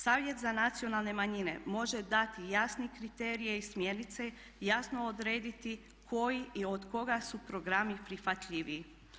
Savjet za nacionalne manjine može dati jasne kriterije i smjernice i jasno odrediti koji i od koga su programi prihvatljiviji.